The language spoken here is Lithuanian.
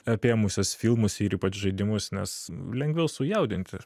apėmusios filmus ir ypač žaidimus nes lengviau sujaudinti